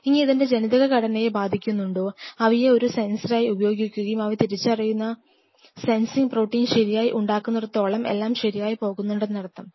ഇനി ഇതിൻറെ ജനിതക ഘടനയെ ബാധിക്കുന്നുണ്ടോ അവയെ ഒരു സെന്സറായി ഉപയോഗിക്കുകയും അവ തിരിച്ചറിയുന്ന സെൻസിങ് പ്രോട്ടീൻ ശരിയായി ഉണ്ടാക്കുന്നിടത്തോളം എല്ലാം ശരിയായി പോകുന്നുണ്ടെന്നർത്ഥം